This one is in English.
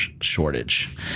shortage